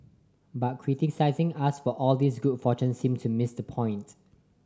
but criticising us for all this good fortune seems to miss the point